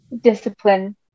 discipline